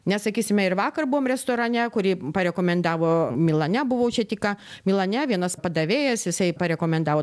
nes sakysime ir vakar buvom restorane kurį parekomendavo milane buvau čia tik ką milane vienas padavėjas jisai parekomendavo